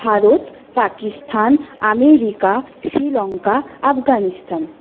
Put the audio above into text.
Bharat Pakistan America Sri Lanka Afghanistan